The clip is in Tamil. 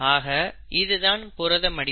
ஆக இது தான் புரத மடிப்பு